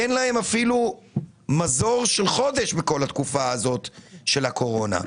אין להם אפילו מזור של חודש בכל התקופה הזאת של הקורונה.